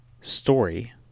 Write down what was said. story